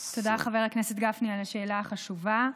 תודה, חבר הכנסת גפני, על השאלה החשובה.